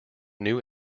new